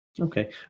Okay